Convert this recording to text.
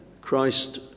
Christ